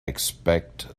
expect